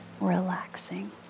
relaxing